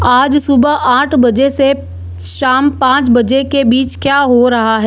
आज सुबह आठ बजे से शाम पाँच बजे के बीच क्या हो रहा है